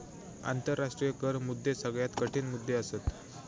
आंतराष्ट्रीय कर मुद्दे सगळ्यात कठीण मुद्दे असत